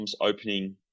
opening